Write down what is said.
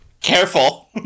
careful